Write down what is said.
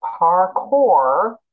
parkour